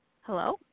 Hello